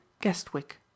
guestwick